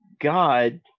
God